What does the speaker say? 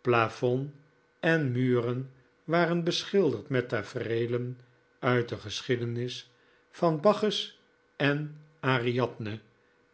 plafond en muren waren beschilderd met tafereelen uit de geschiedenis van bacchus en ariadne